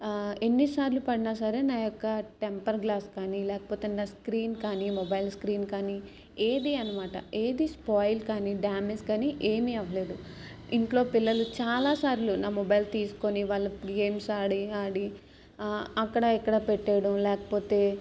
ఎన్నిసార్లు పడినా సరే నా యొక్క టెంపర్ గ్లాస్ కానీ లేకపోతే నా స్క్రీన్ కానీ మొబైల్ స్క్రీన్ కానీ ఏది అనమాట ఏది స్పాయిల్ కానీ డామేజ్ కానీ ఏమీ అవ్వలేదు ఇంట్లో పిల్లలు చాలా సార్లు నా మొబైల్ తీసుకొని వాళ్ళ గేమ్స్ ఆడి ఆడి అక్కడ ఇక్కడ పెట్టేయడం లేకపోతే